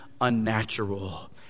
unnatural